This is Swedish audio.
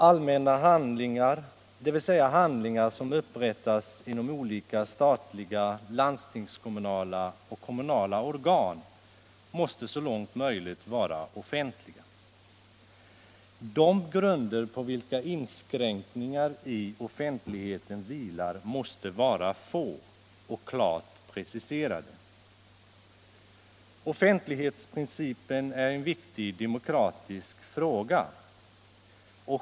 Allmänna handlingar, dvs. handlingar som upprättas inom olika statliga, landstingskommunala och kommunala organ, måste så långt möjligt vara offentliga. De grunder på vilka inskränkningar i offentligheten vilar måste vara få och klart preciserade. Offentlighetsprincipen är en viktig demokratisk fråga.